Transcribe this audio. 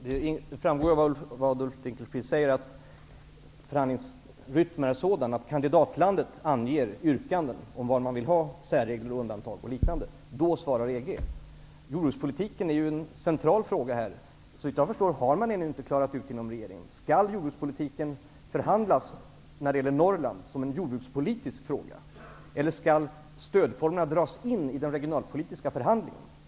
Herr talman! Det framgår av vad Ulf Dinkelspiel säger att förhandlingsrytmen är sådan att kandidatlandet anger yrkanden om vad man vill ha, som särregler, undantag och liknande. Då svarar Jordbrukspolitiken är en central fråga. Såvitt jag förstår har man ännu inte inom regeringen klarat ut om jordbrukspolitiken när det gäller Norrland skall förhandlas som en jordbrukspolitisk fråga eller om stödformerna skall dras in i den regionalpolitiska förhandlingen.